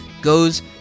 goes